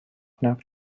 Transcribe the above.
knock